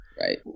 Right